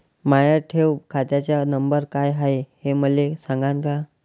माया ठेव खात्याचा नंबर काय हाय हे मले सांगान का?